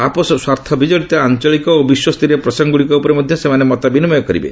ଆପୋଷ ସ୍ୱାର୍ଥ ବିଜଡ଼ିତ ଆଞ୍ଚଳିକ ଓ ବିଶ୍ୱସ୍ତରୀୟ ପ୍ରସଙ୍ଗଗୁଡ଼ିକ ଉପରେ ମଧ୍ୟ ସେମାନେ ମତ ବିନିମୟ କରିବେ